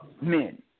men